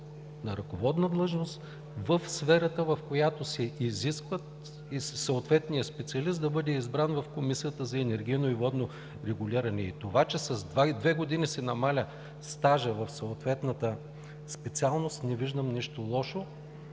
на ръководна длъжност в сферата, в която се изисква и съответният специалист да бъде избран в Комисията за енергийно и водно регулиране. Това, че с две години се намалява стажът в съответната специалност, не виждам нищо лошо.